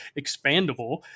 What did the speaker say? expandable